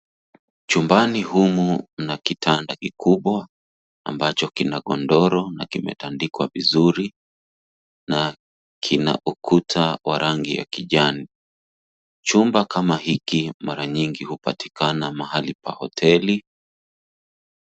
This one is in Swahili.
Chumbani humu mna kitanda kikubwa ambacho kina godoro na kimetandikwa vizuri na kina ukuta wa rangi ya kijani. Chumba kama hiki mara nyingi hupatikana mahali pa hoteli.